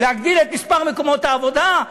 להגדיל את מספר מקומות העבודה,